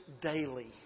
daily